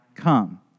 come